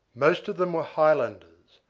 most of them were highlanders,